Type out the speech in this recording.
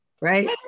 right